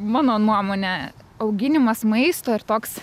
mano nuomone auginimas maisto ir toks